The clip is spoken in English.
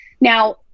Now